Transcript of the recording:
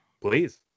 Please